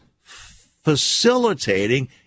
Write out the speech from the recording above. facilitating